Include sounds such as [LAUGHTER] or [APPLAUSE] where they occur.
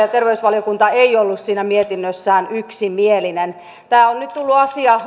[UNINTELLIGIBLE] ja terveysvaliokunta ei ollut siinä mietinnössään yksimielinen tämä asia on nyt tullut